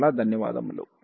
చాలా ధన్యవాదములు